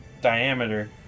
diameter